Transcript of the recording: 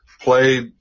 played